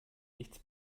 nichts